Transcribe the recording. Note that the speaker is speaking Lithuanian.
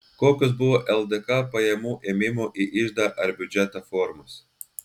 kokios buvo ldk pajamų ėmimo į iždą ar biudžetą formos